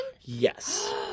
Yes